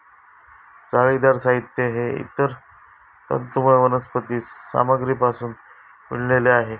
जाळीदार साहित्य हे इतर तंतुमय वनस्पती सामग्रीपासून विणलेले आहे